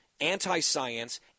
anti-science